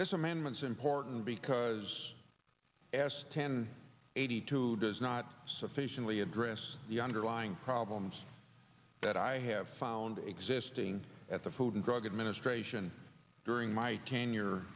this amendments important because asked ten eighty two does not sufficiently address the underlying problems that i have found existing at the food and drug administration during my ten